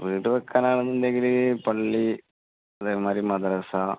വീട് വയ്ക്കാൻ ആണെന്ന് ഉണ്ടെങ്കിൽ പള്ളി അതേമാതിരി മദ്രസ